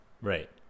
Right